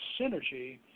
synergy